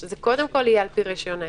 שזה יהיה קודם כל על פי רישיון העסק.